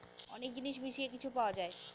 অনেক জিনিস মিশিয়ে কিছু পাওয়া যায়